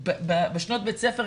בשנות בית ספר,